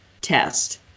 test